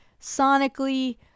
Sonically